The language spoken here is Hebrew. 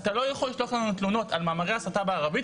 'אתה לא יכול לשלוח לנו תלונות על מאמרי הסתה בערבית,